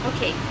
Okay